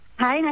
Hi